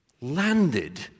landed